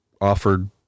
offered